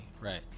Right